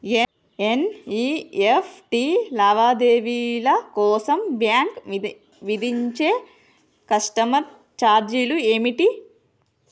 NEFT లావాదేవీల కోసం bank విధించే కస్టమర్ ఛార్జీలు ఏమిటి?